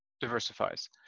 diversifies